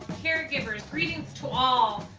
caregivers, greetings to all,